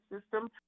system